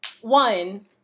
one